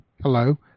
Hello